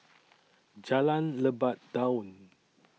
Jalan Lebat Daun